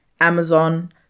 Amazon